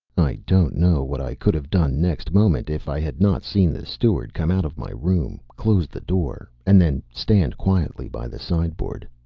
i don't know what i could have done next moment if i had not seen the steward come out of my room, close the door, and then stand quietly by the sideboard.